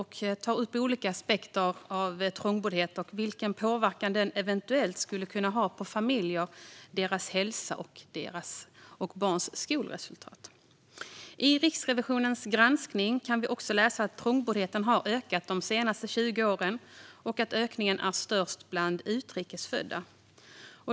Den tar upp olika aspekter av trångboddhet och vilken påverkan den eventuellt skulle kunna ha på familjer, deras hälsa och barns skolresultat. I Riksrevisionens granskning kan vi läsa att trångboddheten har ökat de senaste 20 åren och att ökningen är störst bland utrikes födda.